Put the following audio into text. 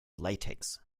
latex